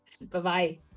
Bye-bye